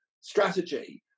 strategy